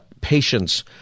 patience